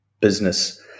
business